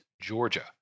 Georgia